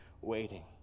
waiting